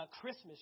Christmas